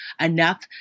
enough